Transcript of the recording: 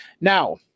Now